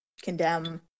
condemn